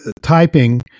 typing